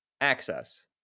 Access